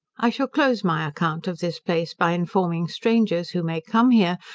i shall close my account of this place by informing strangers, who may come here,